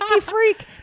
freak